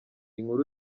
inkuru